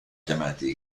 chiamati